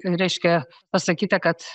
reiškia pasakyta kad